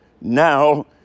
now